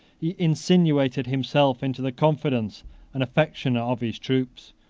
he insinuated himself into the confidence and affection of his troops,